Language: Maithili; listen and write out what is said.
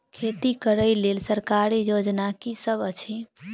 खेती करै लेल सरकारी योजना की सब अछि?